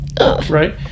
right